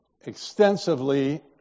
extensively